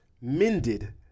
mended